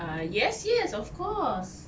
uh yes yes of course